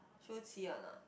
Shu-Qi or not